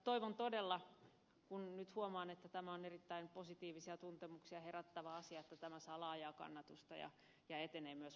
toivon todella kun nyt huomaan että tämä on erittäin positiivisia tuntemuksia herättävä asia että tämä saa laajaa kannatusta ja etenee myös